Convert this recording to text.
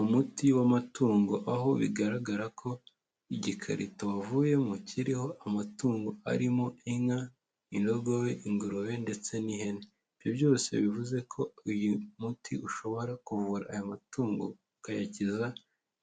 Umuti w'amatungo, aho bigaragara ko igikarito wavuyemo kiriho amatungo arimo inka, indogobe, ingurube ndetse n'ihene, ibyo byose bivuze ko uyu muti ushobora kuvura aya matungo ukayakiza